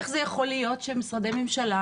איך יכול להיות שמשרדי הממשלה,